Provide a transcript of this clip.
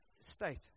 state